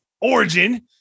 origin